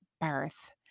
birth